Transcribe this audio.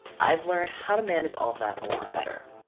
i've learned how to manage all of that a lot better.